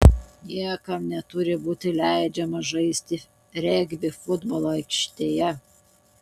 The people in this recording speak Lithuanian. niekam neturi būti leidžiama žaisti regbį futbolo aikštėje